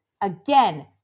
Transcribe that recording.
Again